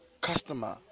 customer